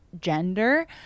gender